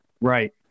Right